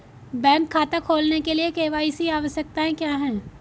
Bank खाता खोलने के लिए के.वाई.सी आवश्यकताएं क्या हैं?